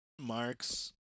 marks